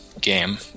game